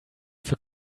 für